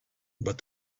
but